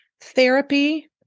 therapy